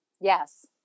Yes